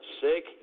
sick